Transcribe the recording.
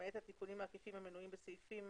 למעט התיקונים העקיפים המנויים בסעיפים